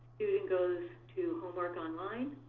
goes to homework online,